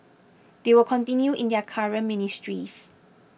they will continue in their current ministries